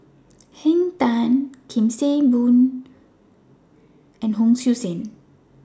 Henn Tan SIM Kee Boon and Hon Sui Sen